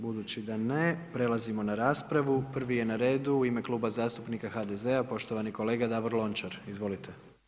Budući da ne, prelazimo na raspravu, prvi je na redu u ime Kluba zastupnika HDZ-a, poštovani kolega Davor Lončar, izvolite.